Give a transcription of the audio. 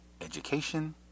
education